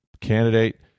candidate